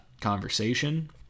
conversation